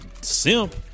simp